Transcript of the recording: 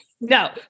No